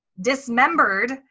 dismembered